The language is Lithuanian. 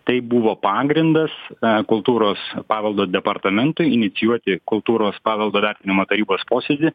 tai buvo pagrindas kultūros paveldo departamentui inicijuoti kultūros paveldo vertinimo tarybos posėdį